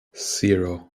zero